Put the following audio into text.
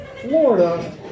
Florida